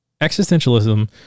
Existentialism